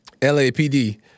LAPD